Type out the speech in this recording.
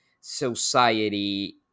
society